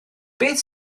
beth